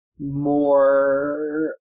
more